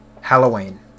Halloween